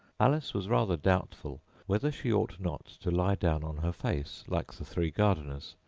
alice was rather doubtful whether she ought not to lie down on her face like the three gardeners,